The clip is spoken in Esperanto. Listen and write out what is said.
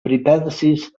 pripensis